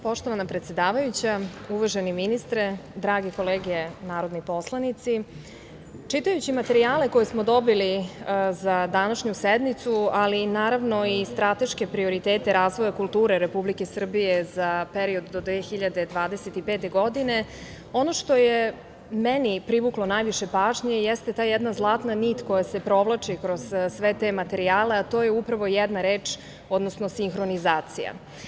Poštovana predsedavajuća, uvaženi ministre, drage kolege narodni poslanici, čitajući materijale koje smo dobili za današnju sednicu, ali i naravno strateške prioritete razvoja kulture Republike Srbije za period do 2025. godine, ono što je meni privuklo najviše pažnje jeste ta jedna zlatna nit koja se provlači kroz sve te materijale, a to je upravo jedna reč, odnosno sinhronizacija.